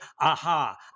aha